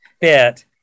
fit